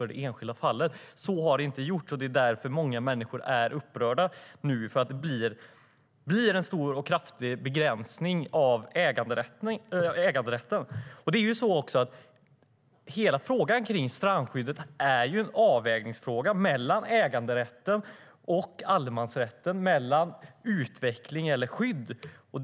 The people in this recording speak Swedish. Så har inte skett, och därför är många människor upprörda. Det blir en stor och kraftig begränsning i äganderätten. Hela frågan kring strandskyddet är ju en avvägningsfråga mellan äganderätten och allemansrätten, mellan utveckling och skydd.